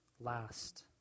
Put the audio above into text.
last